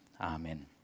Amen